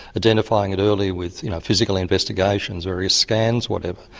identifying it early with you know physical investigations, or ah scans whatever.